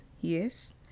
yes